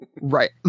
right